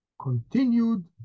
continued